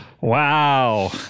Wow